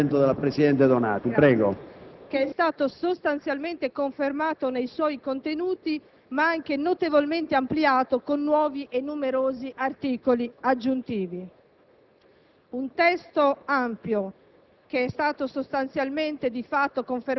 che è stato sostanzialmente confermato nei suoi contenuti, ma anche notevolmente ampliato con nuovi e numerosi articoli aggiuntivi.